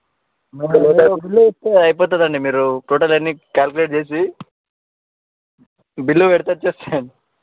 bill వేస్తే అయిపోతుందండి మీరు టోటల్ అన్నీ క్యాలిక్యులేట్ చేసి బిల్లు పెడితే వచ్చేస్తాయండి